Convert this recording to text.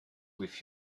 with